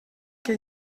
que